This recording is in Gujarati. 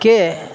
કે